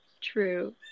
True